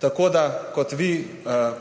plačevali. Kot vi